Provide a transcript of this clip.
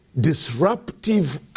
disruptive